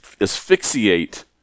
asphyxiate